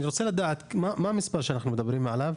אני רוצה לדעת מה המספר שאנחנו מדברים עליו?